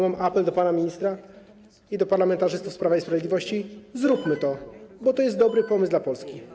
Mam apel do pana ministra i do parlamentarzystów z Prawa i Sprawiedliwości: zróbmy to, bo to jest pomysł dobry dla Polski.